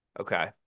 Okay